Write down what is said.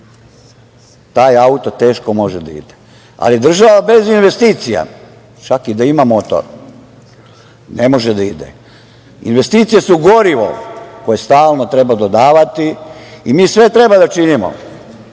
Taj auto teško može da ide. Ali država bez investicija, čak i da ima motor, ne može da ide. Investicije su gorivo koje stalno treba dodavati i mi sve treba da činimo